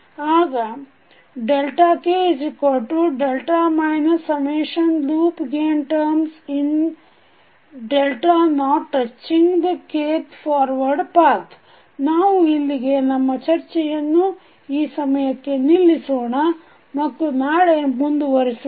ಈಗ k loopgaintermsinΔnottouchingthekthforwardpath ನಾವು ಇಲ್ಲಿಗೆ ನಮ್ಮ ಚರ್ಚೆಯನ್ನು ಈ ಸಮಯಕ್ಕೆ ನಿಲ್ಲಿಸೋಣ ಮತ್ತು ನಾಳೆ ಮುಂದುವರಿಯೋಣ